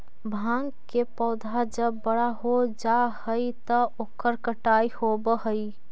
भाँग के पौधा जब बड़ा हो जा हई त ओकर कटाई होवऽ हई